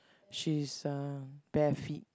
she's uh bare feet